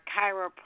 chiropractor